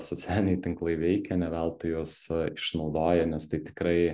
socialiniai tinklai veikia neveltui juos išnaudoja nes tai tikrai